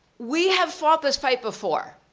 we have fought this fight before.